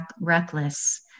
reckless